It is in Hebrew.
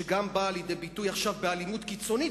שגם באה לידי ביטוי עכשיו באלימות קיצונית,